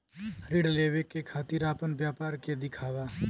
ऋण लेवे के खातिर अपना व्यापार के दिखावा?